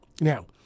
Now